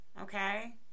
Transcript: Okay